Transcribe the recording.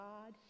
God